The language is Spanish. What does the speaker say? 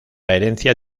herencia